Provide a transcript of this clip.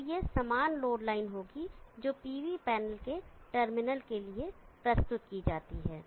तो यह समान लोड लाइन होगी जो pv पैनल के टर्मिनल के लिए प्रस्तुत की जाती है